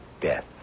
death